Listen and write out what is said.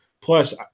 Plus